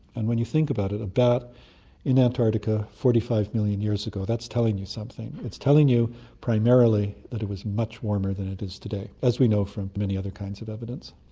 and when you think about it, a bat in antarctica forty five million years ago, that's telling you something. it's telling you primarily that it was much warmer than it is today, as we know from many other kinds of evidence.